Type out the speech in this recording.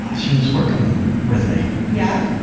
she was working with me. yeah?